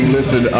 Listen